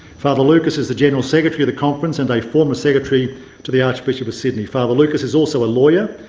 father lucas is the general secretary of the conference and a former secretary to the archbishop of sydney. father lucas is also a lawyer.